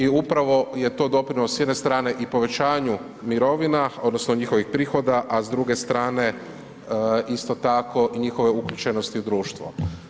I upravo je to doprinos s jedne strane i povećanju mirovina odnosno njihovih prihoda a s druge strane isto tako i njihove uključenosti u društvo.